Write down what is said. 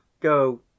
Go